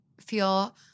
feel